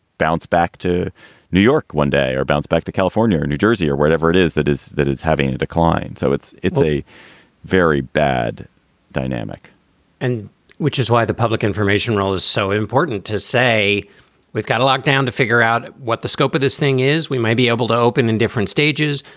bounce back to new york one day or bounce back to california, new jersey or wherever it is that is that is having a decline. so it's it's a very bad dynamic and which is why the public information role is so important to say we've got to lock down to figure out what the scope of this thing is. we might be able to open in different stages.